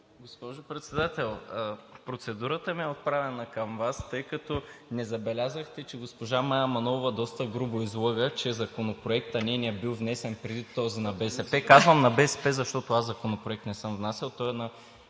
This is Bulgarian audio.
Госпожо Председател, процедурата ми е отправена към Вас, тъй като не забелязахте, че госпожа Мая Манолова доста грубо излъга, че нейният законопроект е бил внесен преди този на БСП. Казвам на БСП, защото аз законопроект не съм внасял,